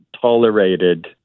tolerated